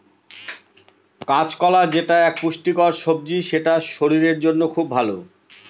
কাঁচকলা যেটা এক পুষ্টিকর সবজি সেটা শরীরের জন্য খুব ভালো